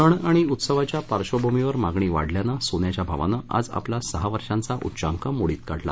सण आणि उत्सवाच्या पार्श्वभुमीवर मागणी वाढल्यानं सोन्याच्या भावानं आज आपला सहा वर्षाचा उच्चांक मोडीत काढला